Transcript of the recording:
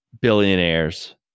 billionaires